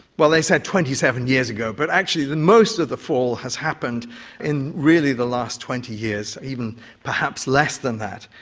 well, they say twenty seven years ago but actually most of the fall has happened in really the last twenty years, even perhaps less than that.